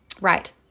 Right